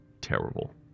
terrible